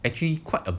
actually quite a